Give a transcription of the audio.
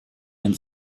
ein